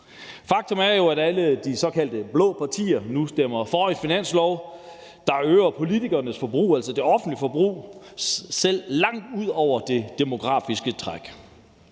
Faktum er jo, at alle de såkaldte blå partier nu stemmer for et finanslovsforslag, der øger politikernes forbrug, altså det offentlige forbrug, selv langt ud over det demografiske træk.